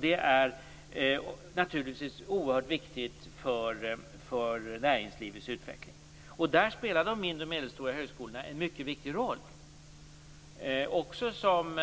Det är naturligtvis oerhört viktigt för näringslivets utveckling. På den punkten spelar de mindre och medelstora högskolorna en mycket viktig roll också som